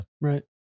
Right